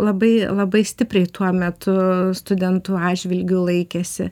labai labai stipriai tuo metu studentų atžvilgiu laikėsi